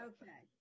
Okay